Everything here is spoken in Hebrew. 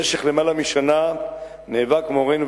למעלה משנה נאבק מורנו ורבנו,